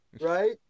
right